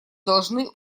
должны